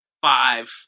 five